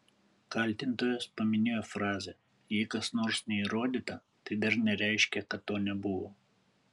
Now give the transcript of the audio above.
kaltintojas paminėjo frazę jei kas nors neįrodyta tai dar nereiškia kad to nebuvo